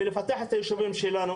ונפתח את היישובים שלנו.